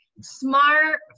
smart